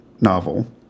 novel